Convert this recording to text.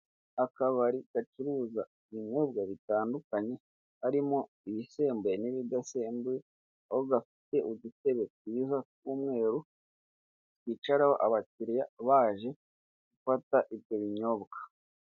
Akabari gacuruza ibinyobwa bitandukanye harimo ibisembuye n'ibidasembuye, aho gafite udutebe twiza tw'umweru twicaraho abakiriya, baje gufata ibyo binyobwa.